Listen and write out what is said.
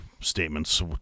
statements